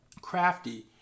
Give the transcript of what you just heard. Crafty